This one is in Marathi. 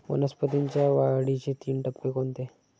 वनस्पतींच्या वाढीचे तीन टप्पे कोणते?